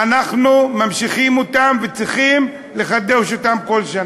אנחנו ממשיכים אותם וצריכים לחדש אותם כל שנה?